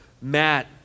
Matt